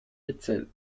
hetzel